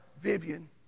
Vivian